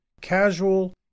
Casual